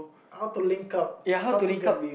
how to link up how to get